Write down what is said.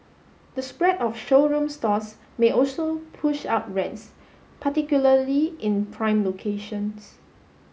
the spread of showroom stores may also push up rents particularly in prime locations